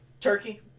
Turkey